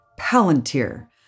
Palantir